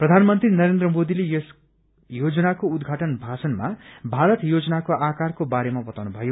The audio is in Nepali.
प्रधानमन्त्री नरेन्द्र मोदीले योजनाको उद्घाटन भाषणमा भारत योजनाको आकारको बारेमा बताउनु भयो